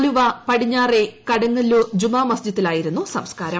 ആലുവ പടിഞ്ഞാറെ പുക്ടുങ്ങ്ലൂർ ജുമാ മസ്ജിദിലായിരുന്നു സംസ്കാരം